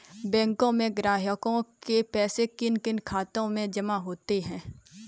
बैंकों में ग्राहकों के पैसे किन किन खातों में जमा होते हैं?